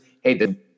hey